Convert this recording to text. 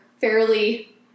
fairly